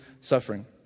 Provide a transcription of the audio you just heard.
suffering